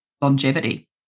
longevity